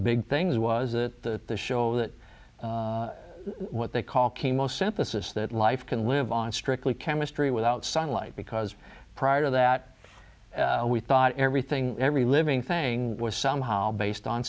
big things was that the show that what they call chemo synthesis that life can live on strictly chemistry without sunlight because prior to that we thought everything every living thing was somehow based on